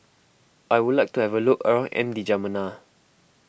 I would like to have a look around N'Djamena